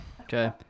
Okay